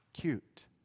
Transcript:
Cute